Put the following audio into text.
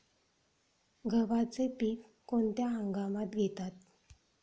गव्हाचे पीक कोणत्या हंगामात घेतात?